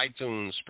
iTunes